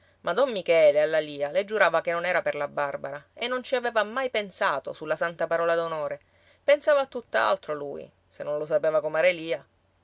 ma don michele alla lia le giurava che non era per la barbara e non ci aveva mai pensato sulla santa parola d'onore pensava a tutt'altro lui se non lo sapeva comare lia